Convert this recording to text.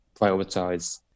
prioritize